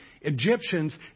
Egyptians